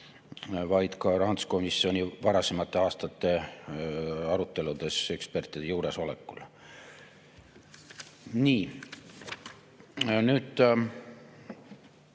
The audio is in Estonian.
vaid ka rahanduskomisjoni varasemate aastate aruteludes ekspertide juuresolekul. Nii. Nüüd